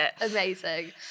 amazing